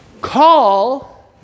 Call